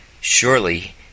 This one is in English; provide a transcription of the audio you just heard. Surely